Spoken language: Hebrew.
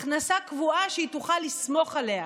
הכנסה קבועה שהיא תוכל לסמוך עליה,